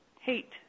hate